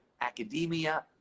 academia